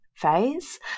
phase